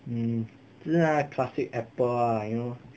hmm 是那个 classic apple ah you know